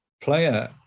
player